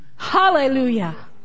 Hallelujah